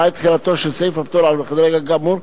למעט תחילתו של סעיף הפטור על חדרי הגג כאמור,